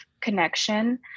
connection